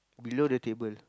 below the table